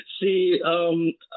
see